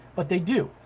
but they do.